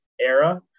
era